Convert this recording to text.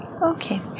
Okay